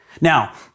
Now